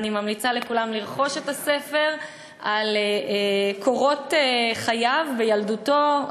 אני ממליצה לכולם לרכוש את הספר על קורות חייו וילדותו,